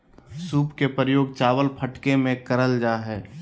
सूप के प्रयोग चावल फटके में करल जा हइ